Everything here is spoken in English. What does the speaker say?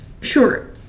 Sure